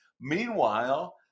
meanwhile